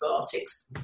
antibiotics